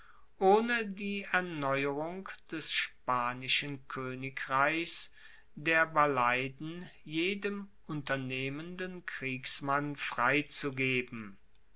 ohne die erneuerung des spanischen koenigreichs der barleiden jedem unternehmenden kriegsmann freizugeben